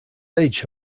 age